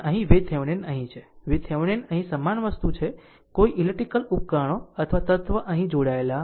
આમ જે પણ VThevenin અહીં છે VThevenin અહીં સમાન વસ્તુ છે કોઈ ઈલેક્ટ્રીકલ ઉપકરણો અથવા તત્વ અહીં જોડાયેલા નથી